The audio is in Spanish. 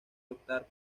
optar